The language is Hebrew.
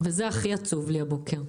וזה הכי עצוב לי הבוקר.